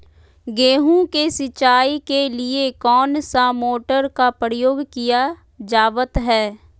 गेहूं के सिंचाई के लिए कौन सा मोटर का प्रयोग किया जावत है?